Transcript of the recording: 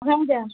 ହଉ ଯାଆ